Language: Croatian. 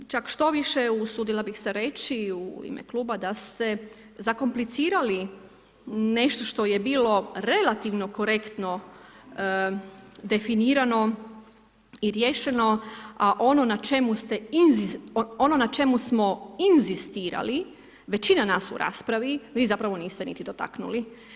Čak štoviše, usudila bi se reći u ime kluba, da ste zakomplicirali nešto što je bilo relativno korektno definirano i riješeno, a ono na čemu ste, ono na čemu smo inzistirali, većina nas u raspravi, vi zapravo niste ni dotaknuli.